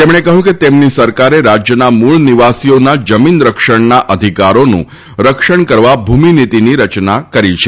તેમણે કહ્યું કે તેમની સરકારે રાજ્યના મૂળ નિવાસીઓના જમીન રક્ષણના અધિકારોનું રક્ષણ કરવા ભૂમિનીતિની રચના કરી છે